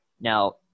Now